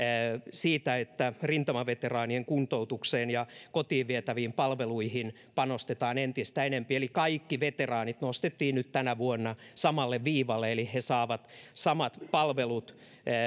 siitä että rintamaveteraanien kuntoutukseen ja kotiin vietäviin palveluihin panostetaan entistä enempi eli kaikki veteraanit nostettiin nyt tänä vuonna samalle viivalle eli he saavat samat palvelut